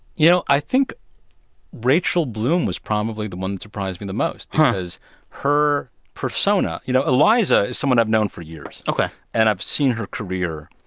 you know, i think rachel bloom was probably the one that surprised me the most because her persona you know, iliza is someone i've known for years. and i've seen her career.